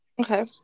okay